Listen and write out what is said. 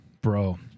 Bro